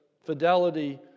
fidelity